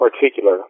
particular